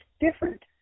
different